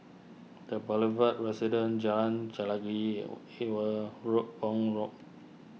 the Boulevard Residence Jalan Chelagi Ewe Road on road